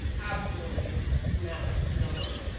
absolutely mammoth the number,